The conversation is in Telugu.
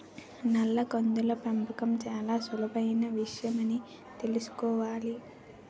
నల్ల కందుల పెంపకం చాలా సులభమైన విషయమని తెలుసుకోవాలి